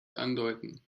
andeuten